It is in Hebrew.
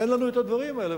אין לנו הדברים האלה.